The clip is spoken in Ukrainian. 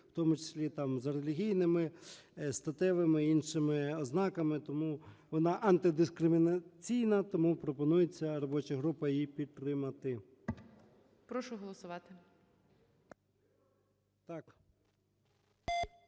в тому числі там за релігійними, статевими і іншими ознаками. Тому вона антидискримінаційна, тому пропонується робочою групою її підтримати.